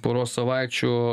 poros savaičių